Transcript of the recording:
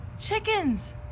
Chickens